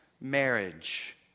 marriage